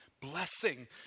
blessing